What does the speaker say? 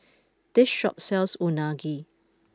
this shop sells Unagi